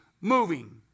moving